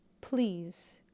Please